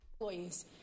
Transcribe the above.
Employees